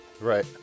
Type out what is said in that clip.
Right